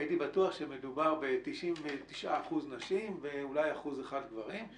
הייתי בטוח שמדובר ב-99% נשים ואולי אחוז אחד גברים.